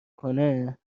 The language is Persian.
کنه